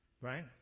right